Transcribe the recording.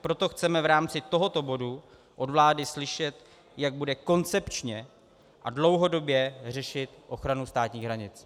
Proto chceme v rámci tohoto bodu od vlády slyšet, jak bude koncepčně a dlouhodobě řešit ochranu státních hranic.